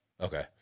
Okay